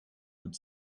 could